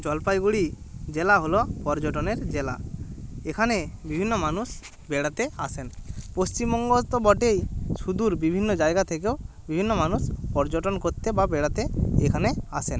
জলপাইগুড়ি জেলা হল পর্যটনের জেলা এখানে বিভিন্ন মানুষ বেড়াতে আসেন পশ্চিমবঙ্গ তো বটেই সুদূর বিভিন্ন জায়গা থেকেও বিভিন্ন মানুষ পর্যটন করতে বা বেড়াতে এখানে আসেন